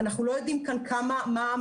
אנחנו לא יודעים כאן מה המצב.